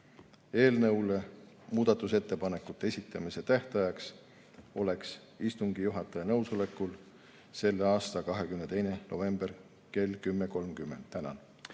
lõpetada. Muudatusettepanekute esitamise tähtajaks oleks istungi juhataja nõusolekul selle aasta 22. november kell 10.30. Tänan!